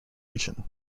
region